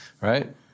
right